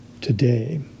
Today